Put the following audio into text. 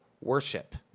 worship